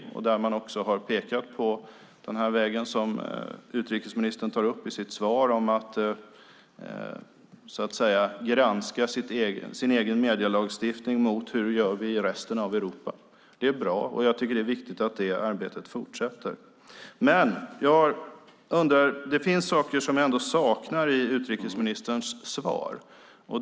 Där har man också pekat på den väg som utrikesministern tar upp i sitt svar, om att man ska granska sin egen medielagstiftning i förhållande till hur vi gör i resten av Europa. Det är bra, och det är viktigt att det arbetet fortsätter. Det finns dock saker som jag saknar i utrikesministerns svar.